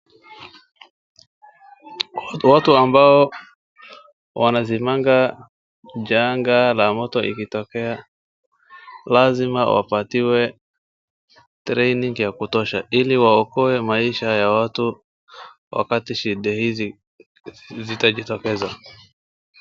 Watu ambao wanazimanga janga la moto ikitokea lazima wapatiwe training ya kutosha ili waokoe maisha ya watu wakati shida hizi zitajitokeza.